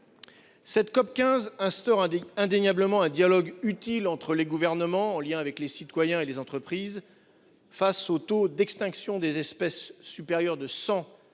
Cette COP 15 instaure indique indéniablement un dialogue utile entre les gouvernements en lien avec les citoyens et les entreprises. Face au taux d'extinction des espèces supérieures de 100